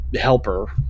helper